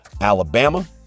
Alabama